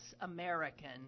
American